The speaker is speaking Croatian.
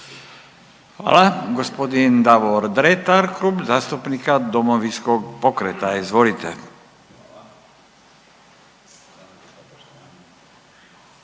Hvala. Gospodin Davor Dretar, Klub zastupnika Domovinskog pokreta. Izvolite.